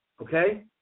okay